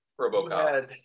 Robocop